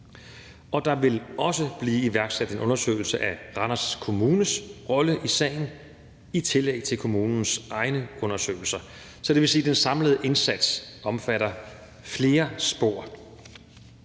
Og der vil også blive iværksat en undersøgelse af Randers Kommunes rolle i sagen i tillæg til kommunens egne undersøgelser. Så det vil sige, at den samlede indsats omfatter flere spor.